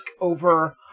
over